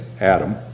Adam